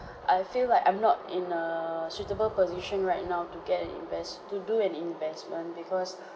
I feel like I'm not in a suitable position right now to get an invest to do an investment because